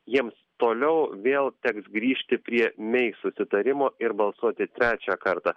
jiems toliau vėl teks grįžti prie mei susitarimo ir balsuoti trečią kartą